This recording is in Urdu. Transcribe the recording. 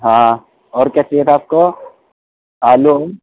ہاں اور کیا چاہیے تھا آپ کو آلو